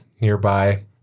nearby